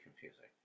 confusing